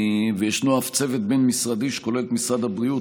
ואף ישנו צוות בין-משרדי שכולל את משרד הבריאות,